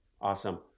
Awesome